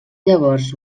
llavors